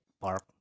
park